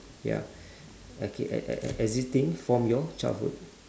ya okay e~ e~ existing from your childhood